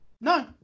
no